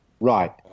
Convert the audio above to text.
Right